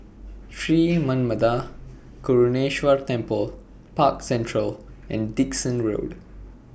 Sri Manmatha Karuneshvarar Temple Park Central and Dickson Road